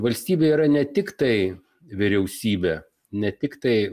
valstybė yra ne tik tai vyriausybė ne tiktai